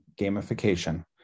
gamification